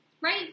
right